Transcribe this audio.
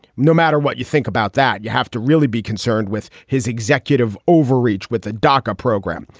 no matter what you think about that, you have to really be concerned with his executive overreach with the daca program.